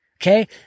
Okay